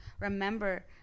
remember